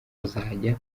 kuzajya